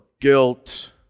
guilt